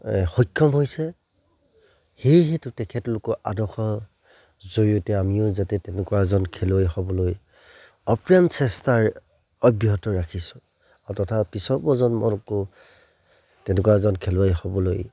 সক্ষম হৈছে সেয়েহেতু তেখেতলোকৰ আদৰ্শ জৰিয়তে আমিও যাতে তেনেকুৱা এজন খেলুৱৈ হ'বলৈ আপ্ৰাণ চেষ্টাৰ অব্যাহত ৰাখিছোঁ আৰু তথা পিছৰ প্ৰজন্মকো তেনেকুৱা এজন খেলুৱৈ হ'বলৈ